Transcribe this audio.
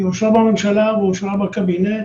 היא אושרה בממשלה ואושרה בקבינט,